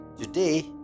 today